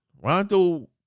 Rondo